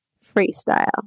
freestyle